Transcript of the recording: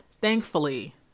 thankfully